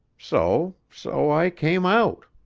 so so, i came out.